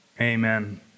Amen